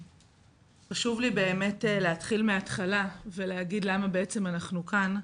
חשוב לי להתחיל מהתחלה ולהגיד למה בעצם אנחנו כאן,